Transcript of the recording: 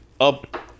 up